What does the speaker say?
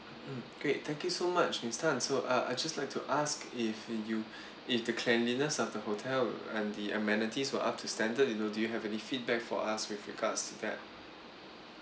mm great thank you so much miss tan so uh I just like to ask if you if the cleanliness of the hotel and the amenities were up to standard you know do you have any feedback for us with regards to that